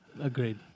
Agreed